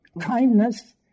Kindness